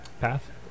path